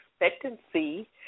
expectancy